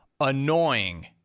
annoying